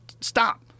stop